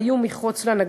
היו מחוץ לנגמ"ש,